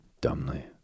dumbly